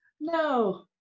no